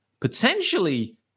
potentially